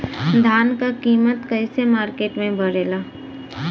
धान क कीमत कईसे मार्केट में बड़ेला?